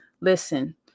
listen